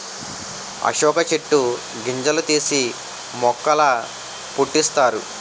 అశోక చెట్టు గింజలు తీసి మొక్కల పుట్టిస్తారు